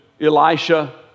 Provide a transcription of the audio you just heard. elisha